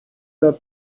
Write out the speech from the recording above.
the